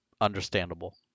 understandable